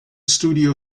studio